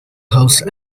house